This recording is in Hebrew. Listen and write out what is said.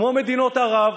כמו מדינות ערב,